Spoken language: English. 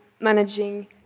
managing